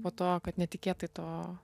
po to kad netikėtai to